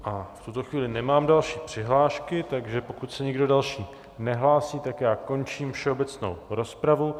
V tuto chvíli nemám další přihlášky, takže pokud se nikdo další nehlásí, končím všeobecnou rozpravu.